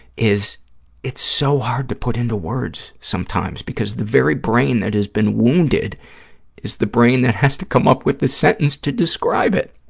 is it's so hard to put into words sometimes, because the very brain that has been wounded is the brain that has to come up with the sentence to describe it.